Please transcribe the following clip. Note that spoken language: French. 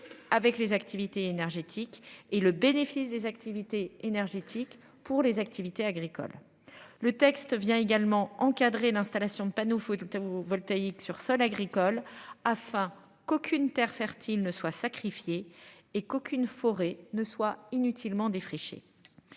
avec les activités énergétiques et le bénéfice des activités énergétiques pour les activités agricoles. Le texte vient également encadrer l'installation de panneaux faut écoutez vos voltaïque sur sols agricoles afin qu'aucune terre fertile ne soit sacrifiée et qu'aucune forêt ne soit inutilement défricher.